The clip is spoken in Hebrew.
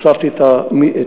הוספתי את האירועים,